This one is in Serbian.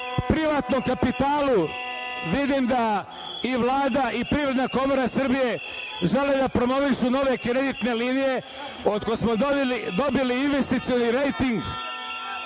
privatnom kapitalu. Vidim da i Vlada i Privredna komora Srbije žele da promovišu nove kreditne linije. Od kako smo dobili investicioni rejting